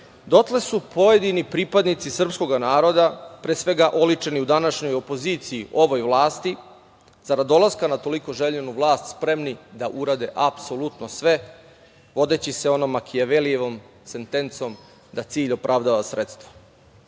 dotle su pojedini pripadnici srpskog naroda, pre svega oličeni u današnjoj opoziciji ovoj vlasti, zarad dolaska na toliko željenu vlast, spremni da urade apsolutno sve, vodeći se onom Makijavelijevom sentencom "da cilj opravdava sredstvo".Ovde